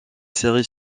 série